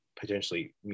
potentially